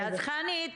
חני,